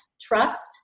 Trust